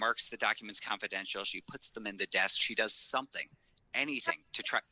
marks the documents confidential she puts them in the chest she does something anything to tr